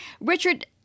Richard